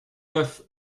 neuf